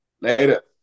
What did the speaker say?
Later